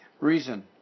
Reason